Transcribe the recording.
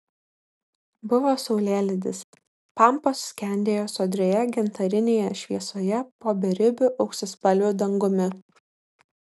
buvo saulėlydis pampos skendėjo sodrioje gintarinėje šviesoje po beribiu auksaspalviu dangumi